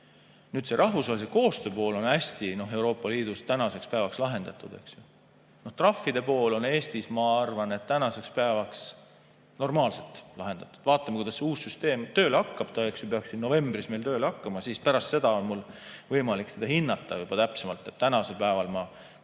Nüüd see rahvusvahelise koostöö pool on Euroopa Liidus tänaseks päevaks hästi lahendatud. Trahvide pool on Eestis, ma arvan, tänaseks päevaks normaalselt lahendatud. Vaatame, kuidas see uus süsteem tööle hakkab. See peaks novembris meil tööle hakkama. Pärast seda on mul võimalik seda hinnata juba täpsemalt. Tänasel päeval ma seda